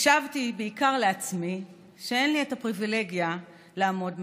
השבתי בעיקר לעצמי שאין לי את הפריבילגיה לעמוד מהצד.